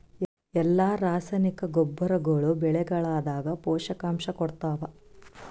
ಎಲ್ಲಾ ರಾಸಾಯನಿಕ ಗೊಬ್ಬರಗೊಳ್ಳು ಬೆಳೆಗಳದಾಗ ಪೋಷಕಾಂಶ ಕೊಡತಾವ?